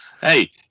Hey